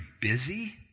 busy